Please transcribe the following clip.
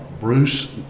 Bruce